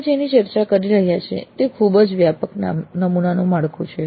આપણે જેની ચર્ચા કરી રહ્યા છીએ તે ખૂબ જ વ્યાપક નમૂનાનું માળખું છે